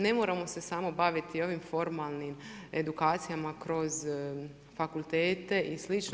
Ne moramo se samo baviti ovim formalnim edukacijama kroz fakultete i slično.